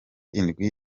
indwi